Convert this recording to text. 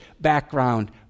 background